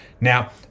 Now